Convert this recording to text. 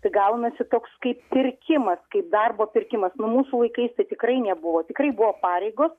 tai gaunasi toks kaip pirkimas kaip darbo pirkimas nu mūsų laikaisi tai tikrai nebuvo tikrai buvo pareigos